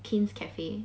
Kin's Cafe